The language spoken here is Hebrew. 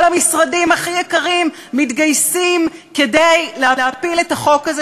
כל המשרדים הכי יקרים מתגייסים כדי להפיל את החוק הזה,